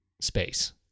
space